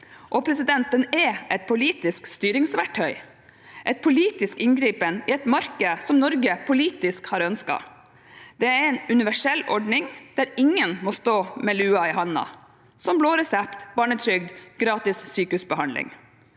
og den er et politisk styringsverktøy, en politisk inngripen i et marked som Norge politisk har ønsket. Det er en universell ordning der ingen må stå med lua i hånda, som blå resept, barnetrygd og gratis sykehusbehandling,